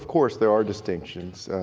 course there are distinctions.